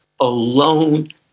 alone